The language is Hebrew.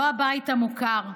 לא הבית המוכר.